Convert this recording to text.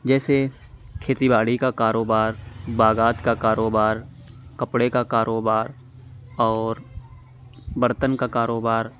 جیسے کھیتی باڑی کا کاروبار باغات کا کاروبار کپڑے کا کاروبار اور برتن کا کاروبار